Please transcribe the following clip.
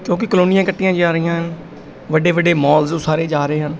ਕਿਉਂਕਿ ਕਲੋਨੀਆਂ ਕੱਟੀਆਂ ਜਾ ਰਹੀਆਂ ਨ ਵੱਡੇ ਵੱਡੇ ਮਾਲਜ਼ ਉਸਾਰੇ ਜਾ ਰਹੇ ਹਨ